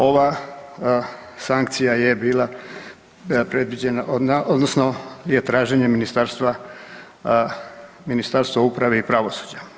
Ova sankcija je bila predviđena odnosno je traženje Ministarstva uprave i pravosuđa.